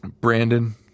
Brandon